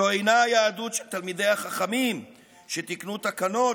זו אינה היהדות של תלמידי החכמים שתיקנו תקנות